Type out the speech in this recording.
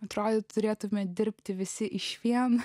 atrodytų turėtumėme dirbti visi išvien